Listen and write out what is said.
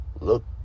look